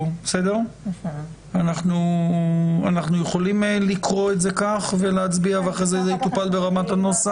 אנחנו יכולים לקרוא את זה כך ולהצביע ואחרי זה זה יטופל ברמת הנוסח?